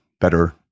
better